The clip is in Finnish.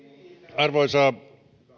arvoisa